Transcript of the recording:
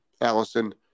Allison